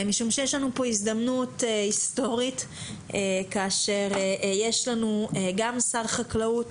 משום שיש לנו פה הזדמנות היסטורית כאשר יש לנו גם שר חקלאות